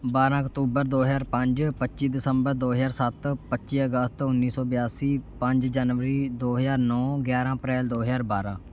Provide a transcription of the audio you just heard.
ਬਾਰ੍ਹਾਂ ਅਕਤੂਬਰ ਦੋ ਹਜ਼ਾਰ ਪੰਜ ਪੱਚੀ ਦਸੰਬਰ ਦੋ ਹਜ਼ਾਰ ਸੱਤ ਪੱਚੀ ਅਗਸਤ ਉੱਨੀ ਸੌ ਬਿਆਸੀ ਪੰਜ ਜਨਵਰੀ ਦੋ ਹਜ਼ਾਰ ਨੌ ਗਿਆਰ੍ਹਾਂ ਅਪ੍ਰੈਲ ਦੋ ਹਜ਼ਾਰ ਬਾਰ੍ਹਾਂ